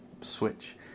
switch